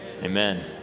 amen